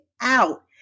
out